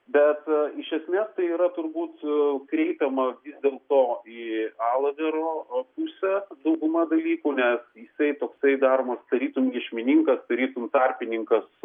bet iš esmės tai yra turbūt jau kreipiama dėl to į alavero pusę dauguma dalykų nes jisai toksai daromas tarytum iešmininkas tarytum tarpininkas